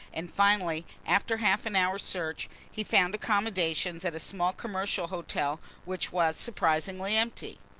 and finally after half an hour's search he found accommodation at a small commercial hotel which was surprisingly empty.